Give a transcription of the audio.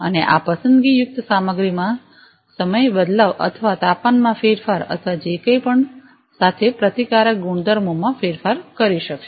અને આ પસંદગીયુક્ત સામગ્રીમાં સમય બદલાવ અથવા તાપમાનમાં ફેરફાર અથવા જે કંઈપણ સાથે પ્રતિકારક ગુણધર્મોમાં ફેરફાર કરશે